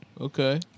Okay